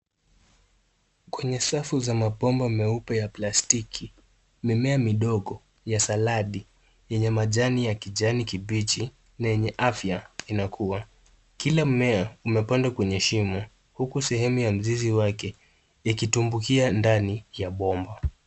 Kwenye safu za mabomba meupe ya plastiki mimea midogo ya saladi yenye majani ya kijani kibichi lenye afya inakuwa. Kila mme umepandwa kwenye shimo huku sehemu ya mzizi wake ikitumbukia ndani ya bomba.